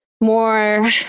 more